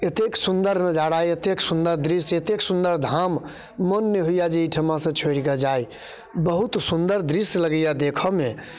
एतेक सुन्दर नजारा एतेक सुन्दर दृश्य एतेक सुन्दर धाम मोन नहि होइए जे एहिठिमासँ छोड़ि कऽ जाइ बहुत सुन्दर दृश्य लगैए देखयमे